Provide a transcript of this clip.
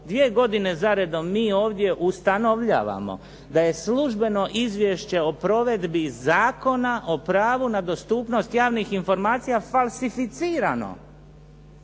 Dvije godine za redom mi ovdje ustanovljavamo da je službeno izvješće o provedbi Zakona o pravu na dostupnost javnih informacija falsificirano.